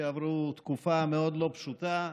שעברו תקופה מאוד לא פשוטה,